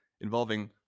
involving